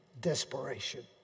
desperation